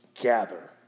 gather